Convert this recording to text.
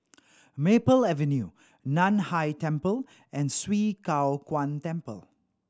Maple Avenue Nan Hai Temple and Swee Kow Kuan Temple